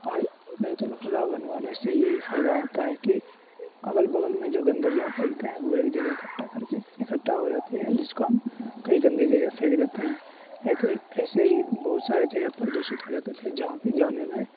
اور بیت الخلاء بنوانے سے یہی فائدہ ہوتا ہے کہ اگل بگل میں جو گندگیاں پھیلتے ہیں وہ ایک جگہ اکٹھا کر کے اکھٹا ہو جاتی ہے جس کو ہم کئی گندے جگہ پھیک دیتے ہیں ہے تو ایسے ہی بہت سارے جگہ پردوشت ہو جاتے تھے جہاں پہ جانے میں